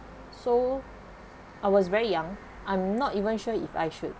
so I was very young I'm not even sure if I should